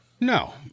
No